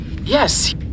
Yes